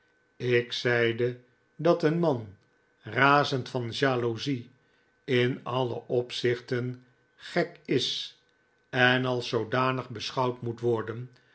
ik zeide dat een man razend van jaloezie in alle opzichten gek is en als zoodanig beschouwd moet worden